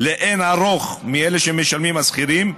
לאין ערוך מאלה שמשלמים השכירים,